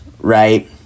right